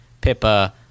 Pippa